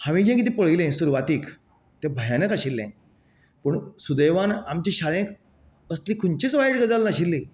हांवेन जे पळयले सुरवातीक ते भयानक आशिल्ले पूण सुदैवान आमचे शाळेंक अशीं खंयचीच वायट गजाल नाशिल्ली